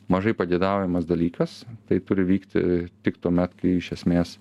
mažai pageidaujamas dalykas tai turi vykti tik tuomet kai iš esmės